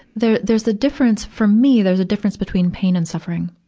there, there's a difference, for me, there's a difference between pain and suffering,